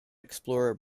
explorer